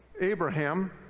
Abraham